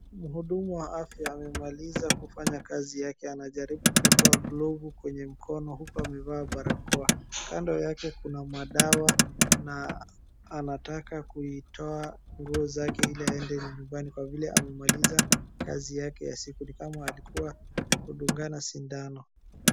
Mhudumu wa afya amemaliza kufanya kazi yake, anajaribu kutoa glovu kwenye mkono huku amevaa barakoa. Kando yake kuna madawa na anataka kuitoa nguo zake ili aende nyumbani kwa vile amemaliza kazi yake ya siku ni kama alikuwa kudungana sindano.